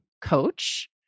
coach